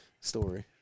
story